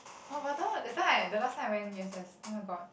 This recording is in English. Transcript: orh but the time that time I the last time I went u_s_s oh-my-god